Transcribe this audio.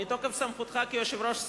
מתוקף סמכותך כיושב-ראש סיעה,